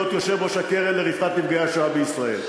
יושב-ראש הקרן לרווחה לנפגעי השואה בישראל,